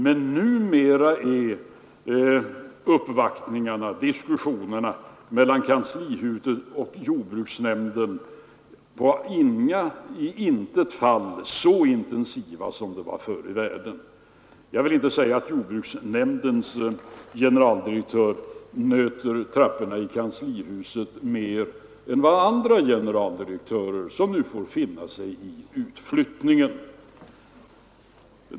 Men numera är uppvaktningarna och diskussionerna mellan kanslihuset och jordbruksnämnden i intet fall så intensiva som de var förr i världen. Jag vill inte säga att jordbruksnämndens generaldirektör nöter trapporna i kanslihuset mer än andra generaldirektörer som nu får finna sig i utflyttningen.